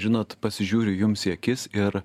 žinot pasižiūriu jums į akis ir